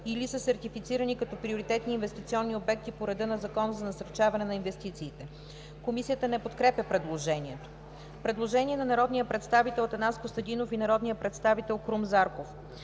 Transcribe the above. или са сертифицирани като приоритетни инвестиционни обекти по реда на Закона за насърчаване на инвестициите.“ Комисията не подкрепя предложението. Предложение на народния представител Атанас Костадинов и народния представител Крум Зарков: